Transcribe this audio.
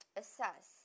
assess